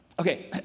Okay